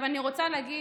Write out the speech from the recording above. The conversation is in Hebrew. אני רוצה להגיד,